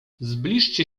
zbliżcie